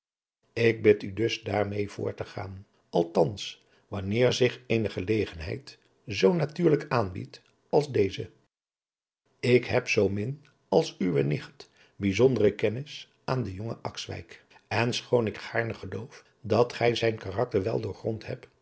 ik bid u dus daarmeê voort te gaan althans adriaan loosjes pzn het leven van hillegonda buisman wanneer zich eene gelegenheid zoo natuurlijk aanbiedt als deze ik heb zoo min als uwe nicht bijzondere kennis aan den jongen akswijk en schoon ik gaarne geloof dat gij zijn karakter wel doorgrond hebt